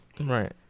Right